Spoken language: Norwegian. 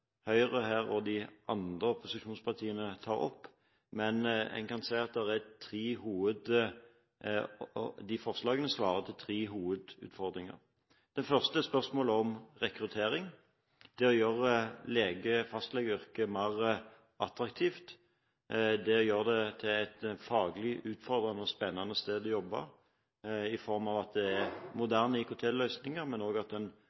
Høyre og de andre opposisjonspartiene tar opp, men en kan se at forslagene svarer til tre hovedutfordringer. Den første er spørsmålet om rekruttering: det å gjøre fastlegeyrket mer attraktivt, å gjøre det faglig utfordrende og spennende – i form av moderne IKT-løsninger, men også ved at en forsker mer i, og